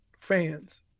fans